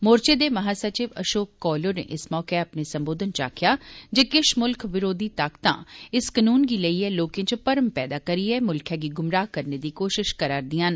मोर्चे दे महासचिव अशोक कौल होरें इस मौके अपने संबोघनै च आक्खेआ जे किश मुल्ख विरोधी ताकता इस कनून गी लेईए लोके च भरम पैदा करिए मुल्खै गी गुमराह करने दी कोश्ट करा'रदियां न